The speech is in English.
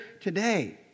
today